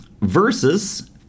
versus